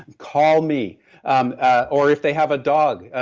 call me um ah or if they have a dog.